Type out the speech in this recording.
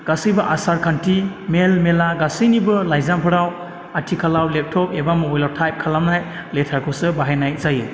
गासैबो आसार खान्थि मेल मेला गासैनिबो लाइजामफोराव आथिखालाव लेबटप एबा मबाइलाव टाइप खालामनाय लेटारखौसो बाहायनाय जायो